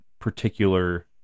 particular